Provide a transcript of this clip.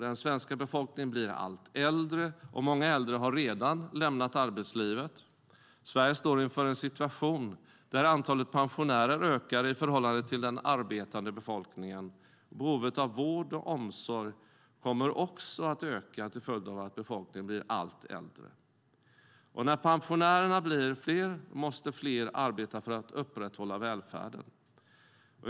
Den svenska befolkningen blir allt äldre, och många äldre har redan lämnat arbetslivet. Sverige står inför en situation där antalet pensionärer ökar i förhållande till den arbetande befolkningen. Behovet av vård och omsorg kommer också att öka till följd av att befolkningen blir allt äldre. När pensionärerna blir fler måste fler arbeta för att upprätthålla välfärden.